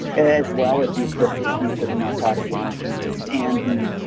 as well as the appropriate use of narcotic analgesics and the,